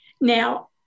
Now